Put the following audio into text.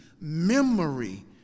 memory